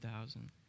thousand